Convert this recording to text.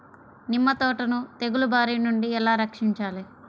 నిమ్మ తోటను తెగులు బారి నుండి ఎలా రక్షించాలి?